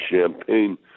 champagne